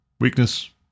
weakness